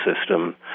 system